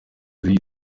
ntabwo